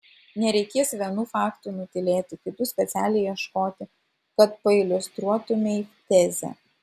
nereikės vienų faktų nutylėti kitų specialiai ieškoti kad pailiustruotumei tezę